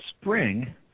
spring